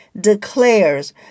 declares